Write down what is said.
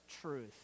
truth